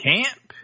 Camp